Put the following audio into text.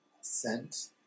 scent